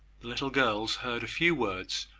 the little girls heard a few words,